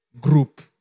group